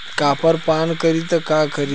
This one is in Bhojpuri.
कॉपर पान करी तब का करी?